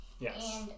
Yes